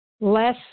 less